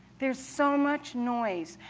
there's so much noise.